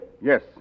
Yes